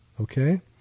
okay